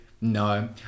no